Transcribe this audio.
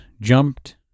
jumped